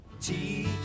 Teach